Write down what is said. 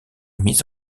mis